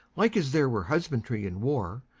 like as there were husbandry in war,